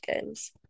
games